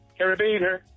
Carabiner